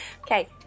okay